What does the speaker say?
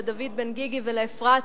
לדוד בן-גיגי ולאפרת,